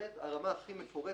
הרמה הכי מפורטת,